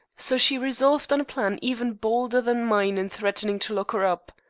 so she resolved on a plan even bolder than mine in threatening to lock her up.